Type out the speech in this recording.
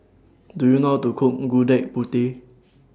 Do YOU know to Cook Gudeg Putih